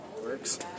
works